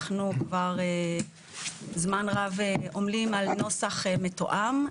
אנחנו כבר זמן רב עומלים על נוסח מתואם.